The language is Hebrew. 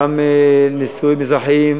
גם נישואים אזרחיים,